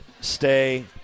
stay